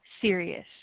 serious